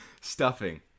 Stuffing